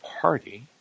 party